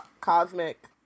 cosmic